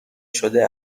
شده